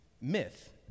myth